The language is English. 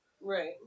Right